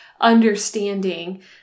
understanding